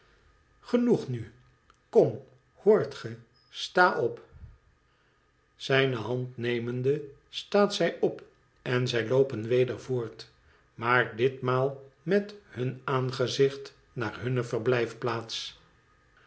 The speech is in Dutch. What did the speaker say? genoeg nu kom hoort ge sta op zijne hand nemende staat zij op en zij loopen weder voort maar ditmaal met hun aangezicht naar hunne verblijfplaats